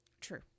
True